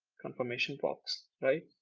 confirmationbox right.